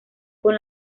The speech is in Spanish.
con